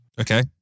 Okay